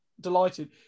delighted